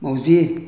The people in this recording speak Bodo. माउजि